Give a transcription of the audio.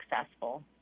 successful